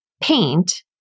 paint